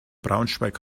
braunschweig